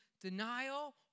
denial